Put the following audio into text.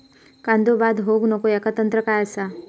कांदो बाद होऊक नको ह्याका तंत्र काय असा?